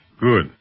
Good